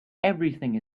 everything